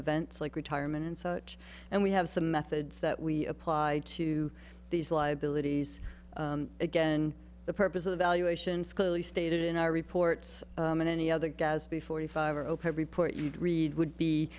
events like retirement and such and we have some methods that we apply to these liabilities again the purpose of the valuations clearly stated in our reports and any other gaspy forty five are open report you'd read would be